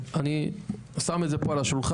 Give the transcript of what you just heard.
אני שם את זה פה על השולחן,